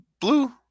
blue